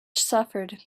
suffered